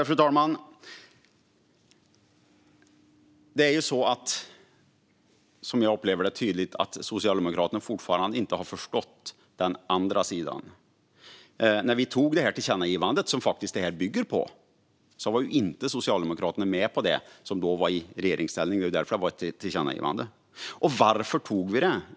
Fru talman! Jag upplever tydligt att Socialdemokraterna fortfarande inte har förstått den andra sidan. När vi beslutade om det tillkännagivande som detta bygger på var inte Socialdemokraterna med på det. De var ju då i regeringsställning; det var därför det var ett tillkännagivande. Och varför gjorde vi detta?